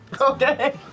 Okay